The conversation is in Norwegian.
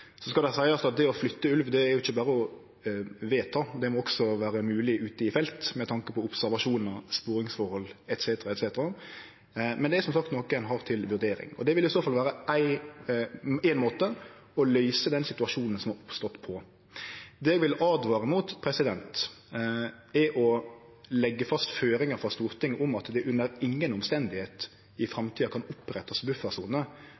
Så skal det seiast at det ikkje berre er å vedta å flytte ulv. Det må også vere mogeleg ute i felt med tanke på observasjonar, sporingsforhold etc. Det er som sagt noko ein har til vurdering. Det vil i så fall vere ein måte å løyse den situasjonen som har oppstått, på. Det eg vil åtvare mot, er å leggje fast føringar frå Stortinget om at det under ingen omstende i framtida kan opprettast buffersoner